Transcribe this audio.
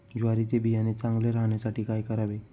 ज्वारीचे बियाणे चांगले राहण्यासाठी काय करावे?